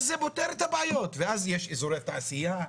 אז זה פותר את הבעיות ואז יש אזורי תעשיה,